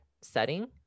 setting